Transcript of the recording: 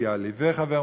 יכול להגיע לבית-משפט.